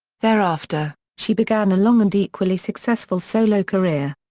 thereafter, she began a long and equally-successful solo career.